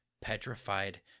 petrified